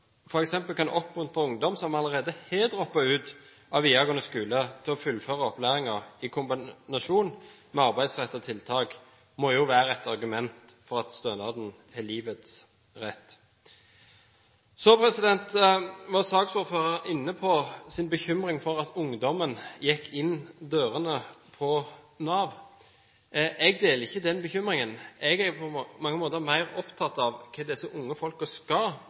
f.eks. kan oppmuntre ungdom som allerede har droppet ut av videregående skole, til å fullføre opplæringen i kombinasjon med arbeidsrettede tiltak må jo være et argument for at stønaden har livets rett. Så var saksordføreren inne på en bekymring over at ungdommen går inn dørene hos Nav. Jeg deler ikke den bekymringen. Jeg er på mange måter mer opptatt av hva disse unge folkene skal